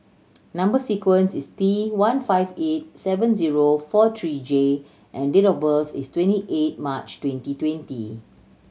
number sequence is T one five eight seven zero four three J and date of birth is twenty eight March twenty twenty